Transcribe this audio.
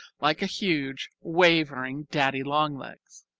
like a huge, wavering daddy-long-legs.